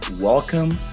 welcome